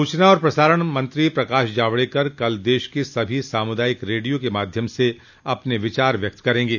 सूचना और प्रसारण मंत्री प्रकाश जावड़ेकर कल देश के सभी सामुदायिक रेडियो के माध्यम से अपने विचार प्रकट करेंगे